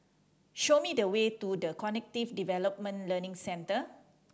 show me the way to The Cognitive Development Learning Centre